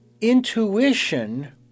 intuition